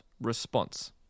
response